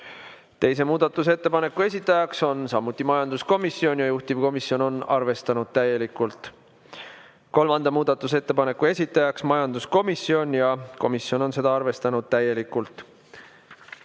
Teise muudatusettepaneku esitaja on samuti majanduskomisjon ja juhtivkomisjon on seda arvestanud täielikult. Kolmanda muudatusettepaneku esitaja on majanduskomisjon ja komisjon on seda arvestanud täielikult.